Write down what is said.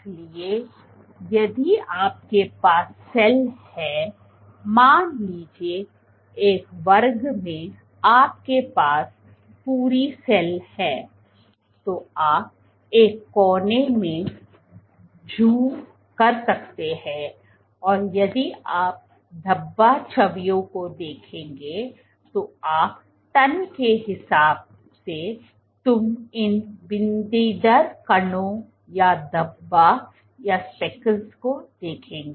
इसलिए यदि आपके पास सेल है मान लीजिए एक वर्ग मैं आपके पास पूरे सेल है तो आप एक कोने में ज़ूम कर सकते हैं और यदि आप धब्बा छवियों को देखेंगे तो आप टन के हिसाब से तुम इन बिंदीदार कणों या धब्बा को देखेंगे